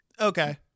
Okay